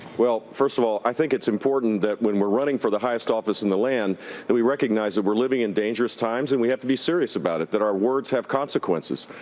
well first of all, i think it's important that when we're running for the highest office in the land that we recognize that we're living in dangerous times and we have to be serious about it, that our words have consequences.